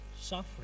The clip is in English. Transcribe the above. suffering